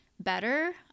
better